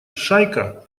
шайка